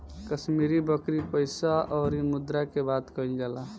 कश्मीरी बकरी पइसा अउरी मुद्रा के बात कइल जाला